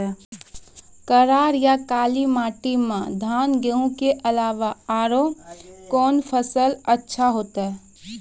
करार या काली माटी म धान, गेहूँ के अलावा औरो कोन फसल अचछा होतै?